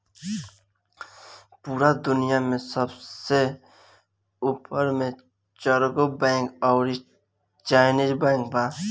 पूरा दुनिया में सबसे ऊपर मे चरगो बैंक अउरी चाइनीस बैंक बा